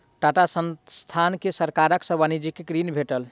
टाटा संस्थान के सरकार सॅ वाणिज्यिक ऋण भेटल